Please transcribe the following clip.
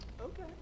Okay